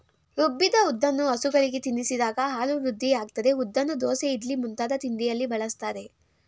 ರುಬ್ಬಿದ ಉದ್ದನ್ನು ಹಸುಗಳಿಗೆ ತಿನ್ನಿಸಿದಾಗ ಹಾಲು ವೃದ್ಧಿಯಾಗ್ತದೆ ಉದ್ದನ್ನು ದೋಸೆ ಇಡ್ಲಿ ಮುಂತಾದ ತಿಂಡಿಯಲ್ಲಿ ಬಳಸ್ತಾರೆ